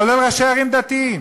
כולל ראשי ערים דתיים.